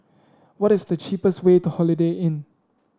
what is the cheapest way to Holiday Inn